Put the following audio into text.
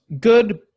good